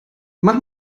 mach